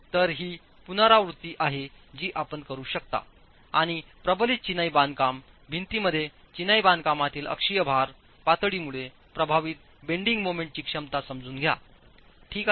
तर ही पुनरावृत्ती आहेत जी आपण करू शकता आणि प्रबलित चिनाई बांधकाम भिंतींमध्ये चिनाई बांधकामातील अक्षीय भार पातळीमुळे प्रभावित बेंडिंग मोमेंटची क्षमता समजून घ्या ठीक आहे